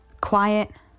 Quiet